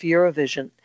Eurovision